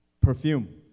perfume